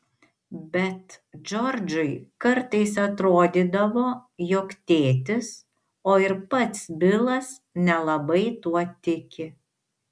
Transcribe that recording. bet džordžui kartais atrodydavo jog tėtis o ir pats bilas nelabai tuo tiki